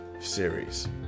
series